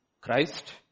Christ